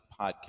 podcast